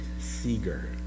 Seeger